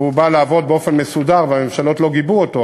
והוא בא לעבוד באופן מסודר והממשלות לא גיבו אותו,